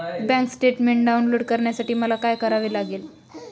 Bank statement download करण्यासाठी मला काय करावे लागेल?